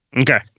Okay